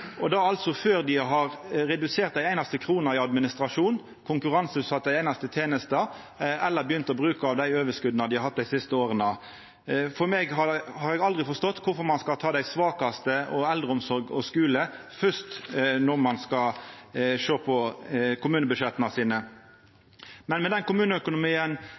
det er då altså før dei har redusert ei einaste krone i administrasjon, konkurranseutsett ei einaste teneste eller begynt å bruka av dei overskota dei har hatt dei siste åra. For min del har eg aldri forstått kvifor ein fyrst skal ta dei svakaste, og eldreomsorg og skule, når ein skal sjå på kommunebudsjetta sine. Men med den kommuneøkonomien